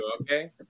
okay